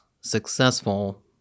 successful